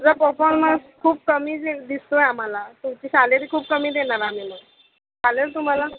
तुझा परफॉर्मन्स खूप कमी दिसतो आहे आम्हाला तुमची सॅलरी खूप कमी देणार आम्ही चालेल तुम्हाला